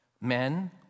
men